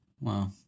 Wow